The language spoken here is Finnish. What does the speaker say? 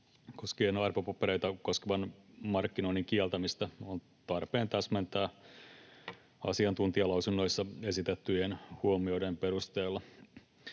koskien arvopapereita koskevan markkinoinnin kieltämistä on tarpeen täsmentää asiantuntijalausunnoissa esitettyjen huomioiden perusteella.